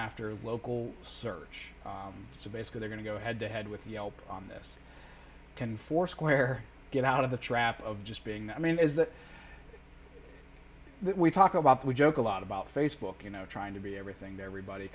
after local search so basically they're going to go head to head with yelp on this can foursquare get out of the trap of just being i mean is that we talk about we joke a lot about facebook you know trying to be everything everybody